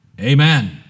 Amen